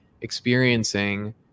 experiencing